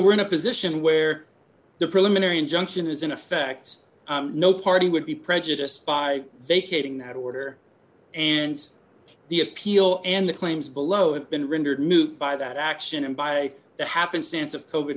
we're in a position where the preliminary injunction is in effect no party would be prejudiced by vacating that order and the appeal and the claims below it been rendered moot by that action and by the happenstance of covert